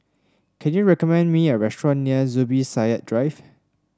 can you recommend me a restaurant near Zubir Said Drive